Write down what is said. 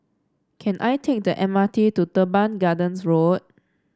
can I take the M R T to Teban Gardens Road